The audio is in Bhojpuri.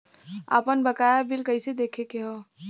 आपन बकाया बिल कइसे देखे के हौ?